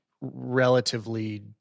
relatively